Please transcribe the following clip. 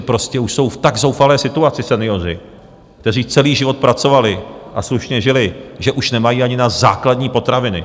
Prostě už jsou v tak zoufalé situaci senioři, kteří celý život pracovali a slušně žili, že už nemají ani na základní potraviny.